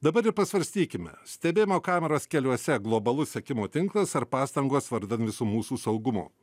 dabar ir pasvarstykime stebėjimo kameros keliuose globalus sekimo tinklas ar pastangos vardan visų mūsų saugumo